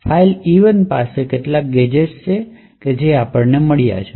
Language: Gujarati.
ફાઇલ e1 પાસે કેટલાક ગેજેટ્સ છે જે તેને મળ્યાં છે